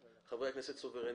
סוברנית, חברי הכנסת סוברניים.